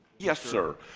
yes sir